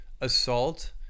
assault